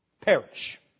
perish